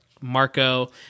Marco